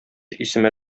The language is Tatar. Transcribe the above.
исемә